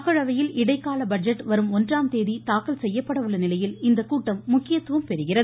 மக்களவையில் இடைக்கால பட்ஜெட் வரும் ஒன்றாம் தேதி தாக்கல் செய்யப்பட உள்ள நிலையில் இந்த கூட்டம் முக்கியத்துவம் பெறுகிறது